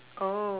oh